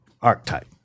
archetype